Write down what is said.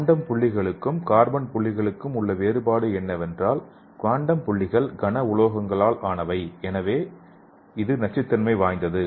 quantum புள்ளிகளுக்கும் carbon புள்ளிகளுக்கும் உள்ள வேறுபாடு என்னவென்றால் குவாண்டம் புள்ளிகள் கன உலோகங்களால் ஆனவை எனவே இது நச்சுத்தன்மை வாய்ந்தது